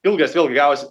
ilgas vėlgi gavosi